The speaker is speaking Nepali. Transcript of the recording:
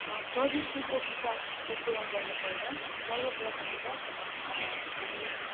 प्रविधिको विकासको कुरा गर्नु पर्दा सर्वप्रथम त हामी